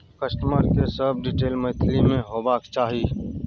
customer के सब detail Maithili में होबाक चाही